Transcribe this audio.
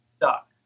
duck